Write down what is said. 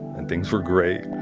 and things were great.